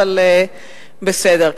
אבל בסדר,